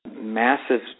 massive